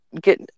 get